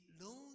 lonely